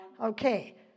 Okay